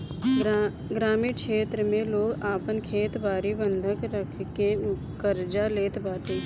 ग्रामीण क्षेत्र में लोग आपन खेत बारी बंधक रखके कर्जा लेत बाटे